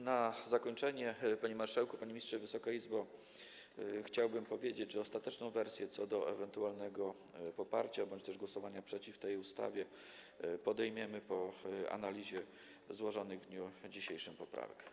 Na zakończenie, panie marszałku, panie ministrze, Wysoka Izbo, chciałbym powiedzieć, że ostateczną decyzję w sprawie ewentualnego poparcia bądź też głosowania przeciw tej ustawie podejmiemy po analizie złożonych w dniu dzisiejszym poprawek.